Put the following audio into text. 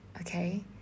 okay